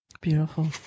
Beautiful